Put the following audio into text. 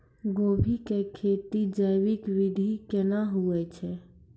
गोभी की खेती जैविक विधि केना हुए छ?